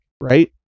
right